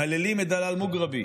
מהללים את דלאל מוגרבי.